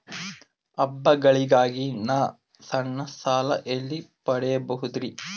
ಹಬ್ಬಗಳಿಗಾಗಿ ನಾ ಸಣ್ಣ ಸಾಲ ಎಲ್ಲಿ ಪಡಿಬೋದರಿ?